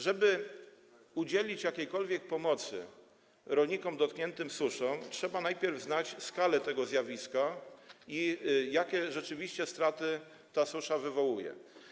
Żeby udzielić jakiejkolwiek pomocy rolnikom dotkniętym suszą, trzeba najpierw znać skalę tego zjawiska i określić, jakie rzeczywiście straty ta susza wywołuje.